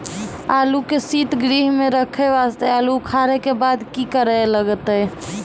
आलू के सीतगृह मे रखे वास्ते आलू उखारे के बाद की करे लगतै?